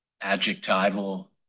adjectival